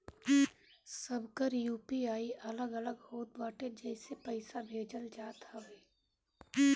सबकर यू.पी.आई अलग अलग होत बाटे जेसे पईसा भेजल जात हवे